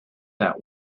that